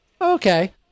Okay